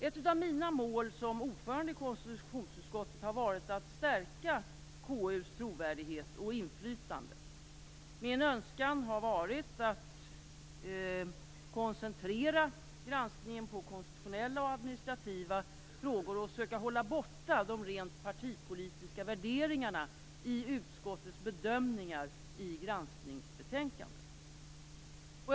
Ett av mina mål som ordförande i konstitutionsutskottet har varit att stärka KU:s trovärdighet och inflytande. Min önskan har varit att koncentrera granskningen på konstitutionella och administrativa frågor och söka hålla borta de rent partipolitiska värderingarna i utskottets bedömningar i granskningsbetänkandet.